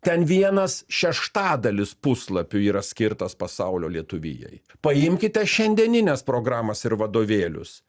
ten vienas šeštadalis puslapių yra skirtas pasaulio lietuvijai paimkite šiandienines programas ir vadovėlius